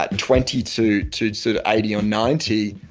but and twenty two two to eighty or ninety,